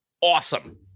awesome